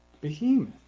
behemoth